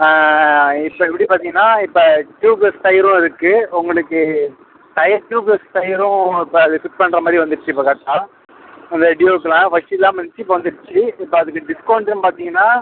ஆ இப்போ எப்படி பார்த்தீங்கன்னா இப்போ ட்யூப்லெஸ் டயரும் இருக்குது உங்களுக்கு டயர் ட்யூப்லெஸ் டயரும் இப்போ அது ஃபிட் பண்ணுற மாதிரி வந்துடுச்சு இப்போ கரெக்டாக அந்த டியோக்குலாம் ஃபஸ்ட்டு இல்லாமல் இருந்துச்சு இப்போது வந்துடுச்சு இப்போ அதுக்கு டிஸ்கௌண்ட்டுன்னு பார்த்தீங்கன்னா